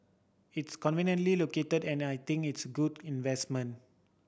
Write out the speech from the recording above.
it's conveniently located and I think it's good investment